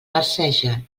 marceja